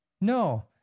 No